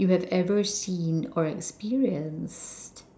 you have ever seen or experienced